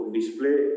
display